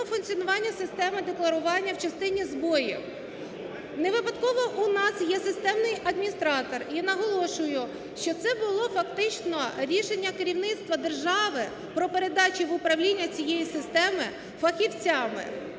функціонування системи декларування в частині збоїв. Невипадково у нас є системний адміністратор. І наголошую, що це було фактично рішення керівництва держави про передачу в управління цієї системи фахівцями,